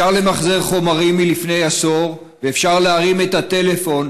אפשר למחזר חומרים מלפני עשור ואפשר להרים את הטלפון